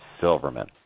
Silverman